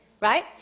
right